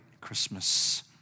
Christmas